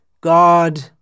God